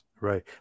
Right